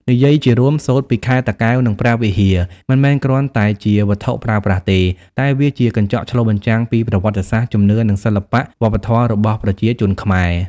និយាយជារួម សូត្រពីខេត្តតាកែវ និងព្រះវិហារ មិនមែនគ្រាន់តែជាវត្ថុប្រើប្រាស់ទេ តែវាជាកញ្ចក់ឆ្លុះបញ្ចាំងពីប្រវត្តិសាស្ត្រ ជំនឿ និងសិល្បៈវប្បធម៌របស់ប្រជាជនខ្មែរ។